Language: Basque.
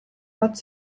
bat